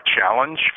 challenge